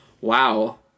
Wow